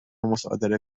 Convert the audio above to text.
مصادره